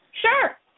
Sure